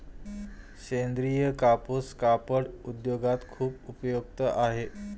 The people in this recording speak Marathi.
सेंद्रीय कापूस कापड उद्योगात खूप उपयुक्त आहे